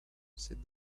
said